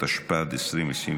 התשפ"ד 2024,